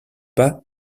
pas